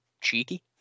cheeky